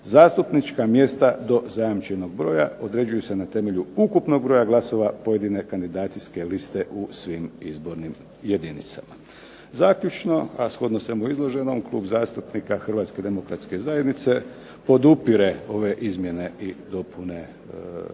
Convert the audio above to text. zastupnička mjesta do zajamčenog broja određuju se na temelju ukupnog broja glasova pojedine kandidacijske liste u svim izbornim jedinicama. Zaključno, a shodno svemu izloženom, Klub zastupnika Hrvatske demokratske zajednice podupire ove izmjene i dopune